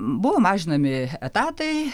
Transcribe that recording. buvo mažinami etatai